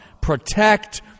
protect